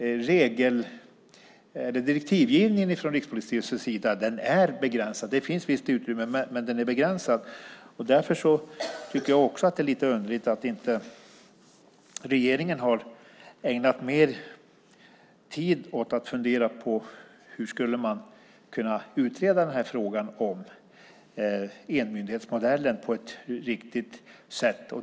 Direktivgivningen från Rikspolisstyrelsens sida är begränsad. Det finns ett visst utrymme, men den är begränsad. Därför tycker jag också att det är lite underligt att regeringen inte har ägnat mer tid åt att fundera på hur man skulle kunna utreda frågan om enmyndighetsmodellen på ett riktigt sätt.